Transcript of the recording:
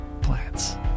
Plants